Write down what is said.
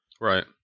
Right